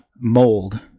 mold